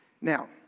Now